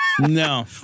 No